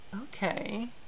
Okay